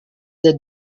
the